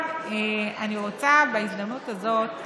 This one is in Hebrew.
אני רוצה בהזדמנות הזאת